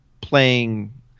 playing